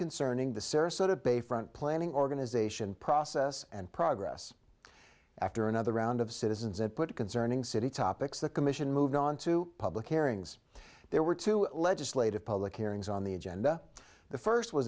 concerning the sarasota bayfront planning organization process and progress after another round of citizens it put concerning city topics the commission moved on to public hearings there were two legislative public hearings on the agenda the first